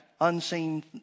unseen